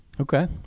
Okay